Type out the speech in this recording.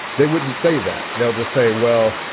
they wouldn't say that. they'll just say, well,